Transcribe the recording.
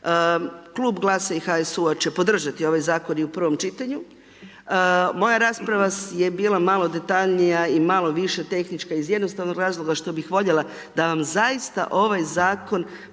Klub GLAS-a i HSU-a će podržati i ovaj zakon u prvom čitanju. Moja rasprava je bila malo detaljnija i malo više tehnička iz jednostavnog razloga, što bi voljela, da vam zaista ovaj zakon,